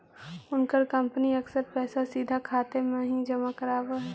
उनकर कंपनी अक्सर पैसे सीधा खाते में ही जमा करवाव हई